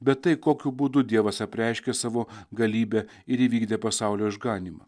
bet tai kokiu būdu dievas apreiškė savo galybę ir įvykdė pasaulio išganymą